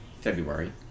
February